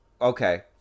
Okay